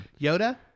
Yoda